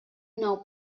nou